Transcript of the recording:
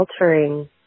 altering